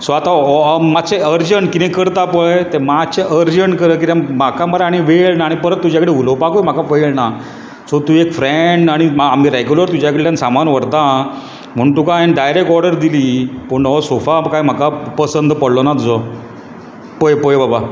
so हो आतां मात्शे अर्जंट कितें करता पय तें मात्शें अर्जंट कर कित्याक म्हाका मरे आतां वेळ ना आनी परत तुज्या कडेन उलोवपाकूय म्हज्या कडेन वेळ ना सो तूं एक फ्रेंड आमी रेग्युलर तुज्या कडल्यान सामान व्हरतां म्हणून तुका हायेन डायरेक्ट ऑर्डर दिली पूण हो सोफा कांय म्हाका पसंत पडलो ना तुजो पय पय बाबा